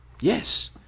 Yes